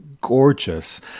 gorgeous